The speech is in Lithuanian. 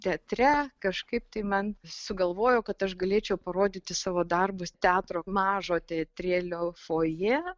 teatre kažkaip tai man sugalvojo kad aš galėčiau parodyti savo darbus teatro mažo teatrėlio fojė